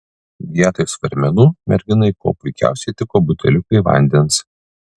vietoj svarmenų merginai kuo puikiausiai tiko buteliukai vandens